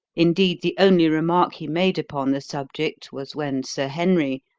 indeed, the only remark he made upon the subject was when sir henry,